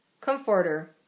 Comforter